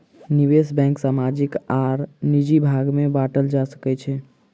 निवेश बैंक सामाजिक आर निजी भाग में बाटल जा सकै छै